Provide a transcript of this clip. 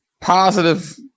positive